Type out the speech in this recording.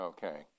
Okay